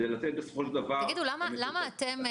למה אתם,